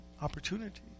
opportunity